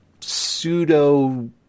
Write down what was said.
pseudo